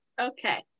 okay